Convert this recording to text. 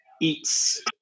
eats